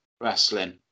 wrestling